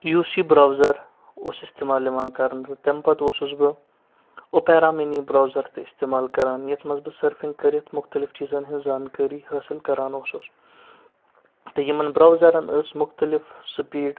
یُس یہِ برٛوزَر اوس استعمال یِوان کرنہٕ تہٕ تَمہِ پتہٕ اوسُس بہٕ اوٚپیرا مِنی برٛوزَر تہِ استعمال کران یَتھ منٛز بہٕ سٔرفِنٛگ کٔرِتھ مُختلِف چیٖزَن ہنٛز زانکٲری حٲصِل کران اوسُس تہٕ یِمَن برٛوزَرَن ٲسۍ مختلف سٕپیٖڈ